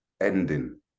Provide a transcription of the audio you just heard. ending